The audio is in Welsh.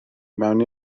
mewn